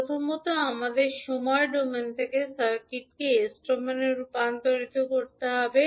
প্রথমত আমাদেরকে সময় ডোমেন থেকে সার্কিটকে এস ডোমেনে রূপান্তর করতে হবে